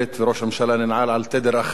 וראש הממשלה ננעל על תדר אחד,